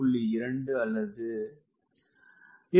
2 அல்லடு 2